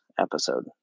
episode